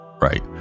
right